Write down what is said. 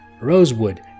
Rosewood